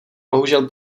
bohužel